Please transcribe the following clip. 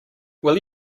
will